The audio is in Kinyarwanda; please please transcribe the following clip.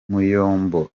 muyombo